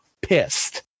pissed